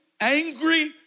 angry